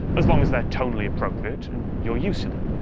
as long as they're tonally appropriate and you're used to them.